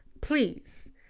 please